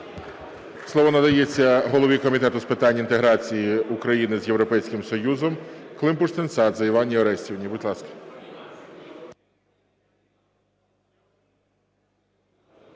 Слово надається голові Комітету з питань інтеграції України з Європейським Союзом Климпуш-Цинцадзе Іванні Орестівні. Будь ласка.